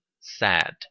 SAD